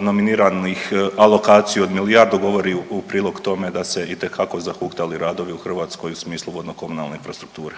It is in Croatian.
nominiranih alokaciju od milijardu govori u prilog tome da se itekako zahuktali radovi u Hrvatskoj u smislu vodno-komunalne infrastrukture.